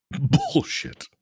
Bullshit